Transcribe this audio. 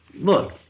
look